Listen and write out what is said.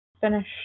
finish